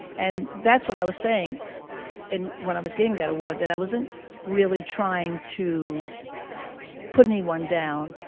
and that's what i was saying in when i was getting that award, that i wasn't really trying to put anyone down.